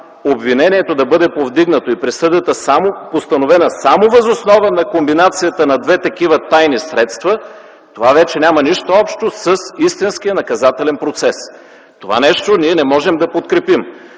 обвинението да бъде повдигнато и присъдата само постановена въз основа на комбинацията на две такива тайни средства, това вече няма нищо общо с истинския наказателен процес. Това нещо ние не можем да подкрепим.